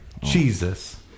Jesus